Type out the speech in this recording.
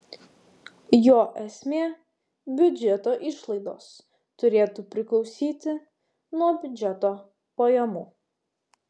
jo esmė biudžeto išlaidos turėtų priklausyti nuo biudžeto pajamų